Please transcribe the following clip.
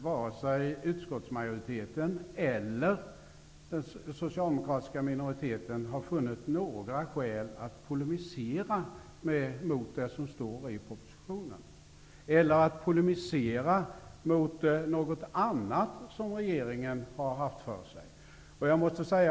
Varken utskottsmajoriteten eller den socialdemokratiska minoriteten har funnit några skäl att polemisera mot det som står i propositionen eller mot något annat regeringen i detta sammanhang haft för sig.